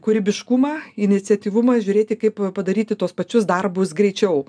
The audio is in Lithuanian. kūrybiškumą iniciatyvumą žiūrėti kaip padaryti tuos pačius darbus greičiau